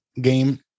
game